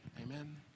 Amen